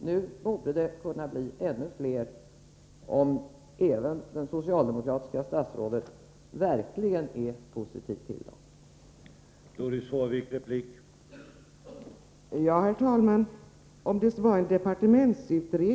Nu borde det kunna bli ännu fler, om även det socialdemokratiska statsrådet verkligen är positivt inställd.